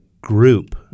group